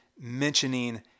mentioning